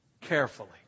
carefully